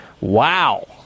wow